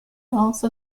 also